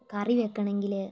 കറി വെക്കണമെങ്കിൽ